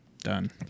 Done